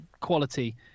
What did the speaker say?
quality